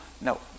no